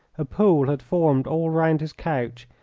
a pool had formed all round his couch,